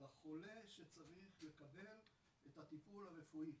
על החולה שצריך לקבל את הטיפול הרפואי.